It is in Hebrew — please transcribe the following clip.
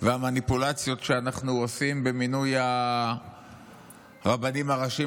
והמניפולציות שאנחנו עושים במינוי הרבנים הראשיים